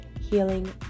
healing